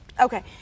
Okay